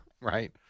Right